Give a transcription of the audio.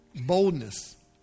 boldness